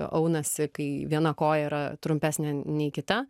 aunasi kai viena koja yra trumpesnė nei kita